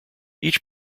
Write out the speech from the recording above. each